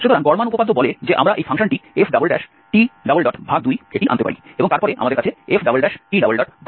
সুতরাং গড় মান উপপাদ্য বলে যে আমরা এই ফাংশনটি f2 আনতে পারি এবং তারপরে আমাদের কাছে f2x0x0hx x0x x0 hdx আছে